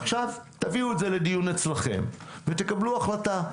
תביאו את זה לדיון אצלכם ותקבלו החלטה.